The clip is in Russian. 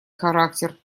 характер